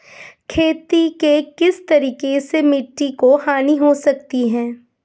खेती के किस तरीके से मिट्टी की हानि हो सकती है?